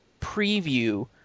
preview